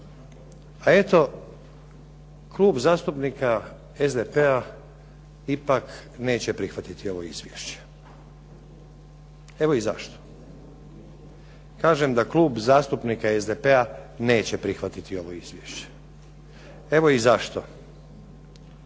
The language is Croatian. A eto Klub zastupnika SDP-a ipak neće prihvatiti ovo izvješće. Evo i zašto. Kažem da Klub zastupnika SDP-a neće prihvatiti ovo izvješće. Evo i zašto.